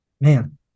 Man